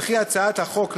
וכי הצעת החוק,